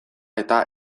eta